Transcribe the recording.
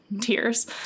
tears